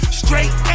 straight